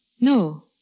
No